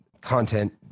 content